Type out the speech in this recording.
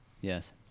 Yes